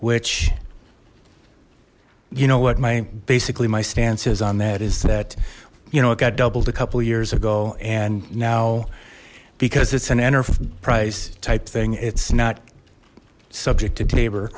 which you know what my basically my stance is on that is that you know it got doubled a couple years ago and now because it's an enterprise type thing it's not subject to tab